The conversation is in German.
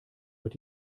wird